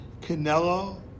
Canelo